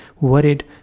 worried